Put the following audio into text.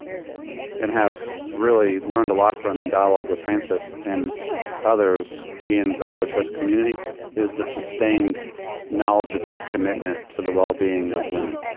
and have really learned a lot from in dialogue with frances and others in the pro-choice community is the sustained knowledgeable commitment to the well-being of women.